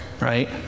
Right